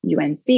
UNC